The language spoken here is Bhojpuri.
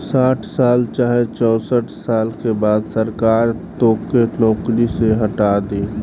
साठ साल चाहे चौसठ साल के बाद सरकार तोके नौकरी से हटा दी